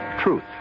truth